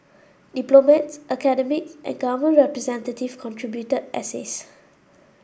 diplomats academic and government representative contributed essays